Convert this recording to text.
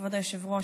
כבוד היושב-ראש,